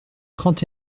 trente